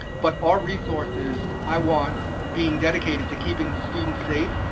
but our resources i want being dedicated to keeping students safe,